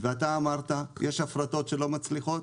ואתה אמרת יש הפרטות שלא מצליחות,